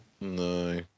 No